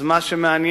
אז מה שמעניין